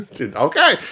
Okay